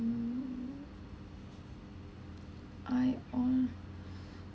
I on